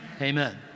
Amen